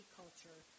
culture